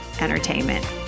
entertainment